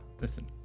Listen